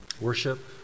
Worship